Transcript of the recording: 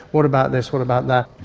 what about this, what about that.